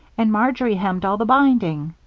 and marjory hemmed all the binding.